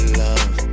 love